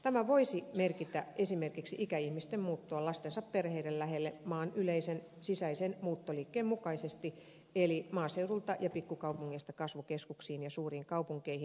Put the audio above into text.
tämä voisi merkitä esimerkiksi ikäihmisten muuttoa lastensa perheiden lähelle maan yleisen sisäisen muuttoliikkeen mukaisesti eli maaseudulta ja pikkukaupungeista kasvukeskuksiin ja suuriin kaupunkeihin